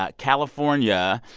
ah california,